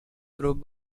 group